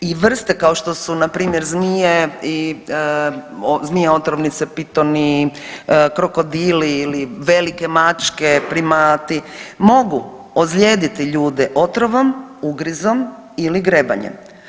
I vrste kao što su npr. zmije, zmije otrovnice, pitoni, krokodili ili velike mačke, primati, mogu ozlijediti ljude otrovom, ugrizom ili grebanjem.